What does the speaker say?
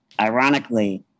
ironically